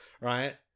right